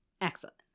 Excellent